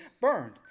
burned